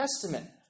Testament